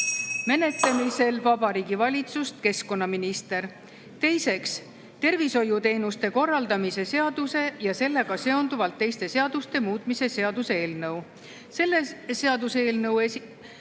menetlemisel Vabariigi Valitsust keskkonnaminister. Teiseks, tervishoiuteenuste korraldamise seaduse ja sellega seonduvalt teiste seaduste muutmise seaduse eelnõu. Selle seaduseelnõu